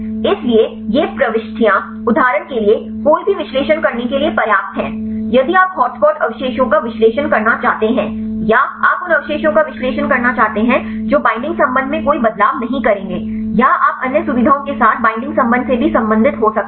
इसलिए ये प्रविष्टियां उदाहरण के लिए कोई भी विश्लेषण करने के लिए पर्याप्त हैं यदि आप हॉट स्पॉट अवशेषों का विश्लेषण करना चाहते हैं या आप उन अवशेषों का विश्लेषण करना चाहते हैं जो बईंडिंग संबंध में कोई बदलाव नहीं करेंगे या आप अन्य सुविधाओं के साथ बईंडिंग संबंध से भी संबंधित हो सकते हैं